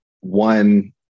One